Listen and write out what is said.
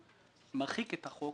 אני לא אסכים להעביר את החוק